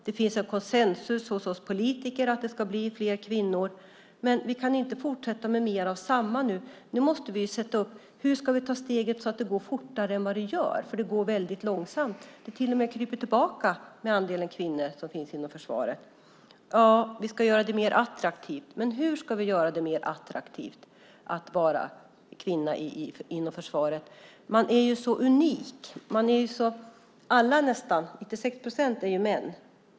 Det finns en konsensus hos oss politiker att det ska bli fler kvinnor. Men vi kan inte fortsätta med mer av samma. Vi måste svara på: Hur ska vi ta steget så att det går fortare än vad det nu gör, för det går väldigt långsamt? Det kryper till och med tillbaka när det gäller antalet kvinnor som finns inom försvaret. Vi ska göra det mer attraktivt. Men hur ska vi göra det mer attraktivt att vara kvinna inom försvaret? Som kvinna är man så unik. Nästan alla, 96 procent, är män.